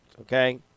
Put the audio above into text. okay